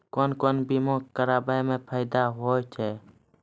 कोन कोन बीमा कराबै मे फायदा होय होय छै?